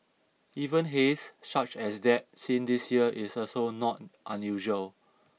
even haze such as that seen this year is also not unusual